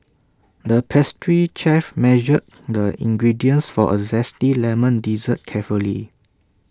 the pastry chef measured the ingredients for A Zesty Lemon Dessert carefully